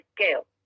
scale